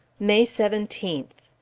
may seventeenth.